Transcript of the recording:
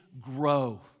grow